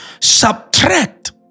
subtract